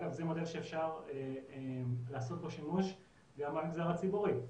זה מראה שאפשר לעשות פה שימוש גם במגזר הציבורי.